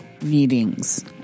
meetings